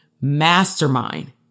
MASTERMIND